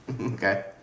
Okay